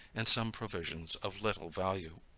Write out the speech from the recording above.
and some provisions of little value.